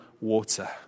Water